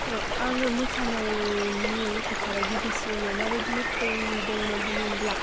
आङो मोसानायनि फोथाराव गिबिसिनै माबायदि फैदोंमोन होनब्ला